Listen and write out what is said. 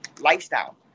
lifestyle